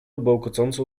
bełkocącą